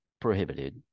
prohibited